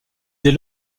dès